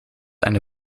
eine